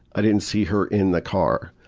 i didn't see her in the car.